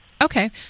Okay